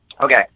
Okay